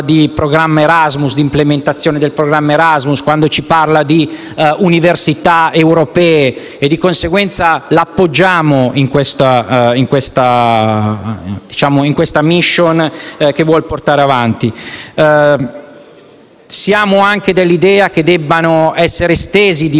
appoggiamo in questa *mission* che vuole portare avanti. Siamo anche dell'idea che debbano essere estesi i diritti negli Stati membri dell'Europa, ma in questa estensione riteniamo che debba essere lasciata autonomia agli Stati membri. Siamo dell'idea che debba